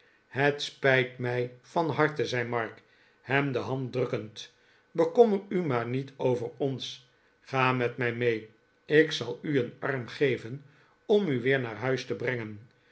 dat spijt mij van harte zei mark hem de hand drukkend bekommer u maar niet over ons ga met mij mee ik zal u een arm geven om u weer naar huis te brengen